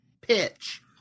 pitch